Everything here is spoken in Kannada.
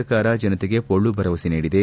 ಸರ್ಕಾರ ಜನತೆಗೆ ಪೊಳ್ಳು ಭರವಸೆ ನೀಡಿದೆ